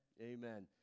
Amen